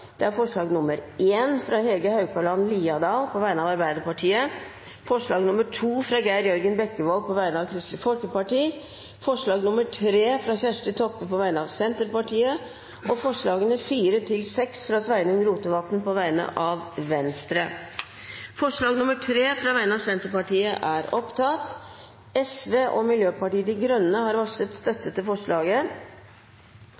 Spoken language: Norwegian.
alt seks forslag. Det er forslag nr. 1, fra Hege Haukeland Liadal på vegne av Arbeiderpartiet forslag nr. 2, fra Geir Jørgen Bekkevold på vegne av Kristelig Folkeparti forslag nr. 3, fra Kjersti Toppe på vegne av Senterpartiet forslagene nr. 4–6, fra Sveinung Rotevatn på vegne av Venstre Det voteres over forslag nr. 3, fra Senterpartiet. Forslaget lyder: «Stortinget ber regjeringen styrke Likestillings- og